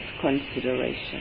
consideration